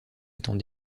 étant